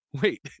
wait